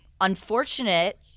unfortunate